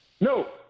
No